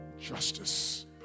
justice